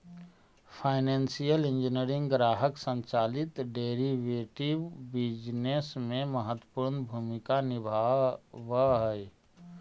financial engineering ग्राहक संचालित derivative business में महत्वपूर्ण भूमिका निभावऽ हई